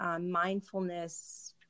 mindfulness